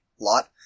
lot